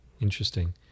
Interesting